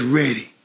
ready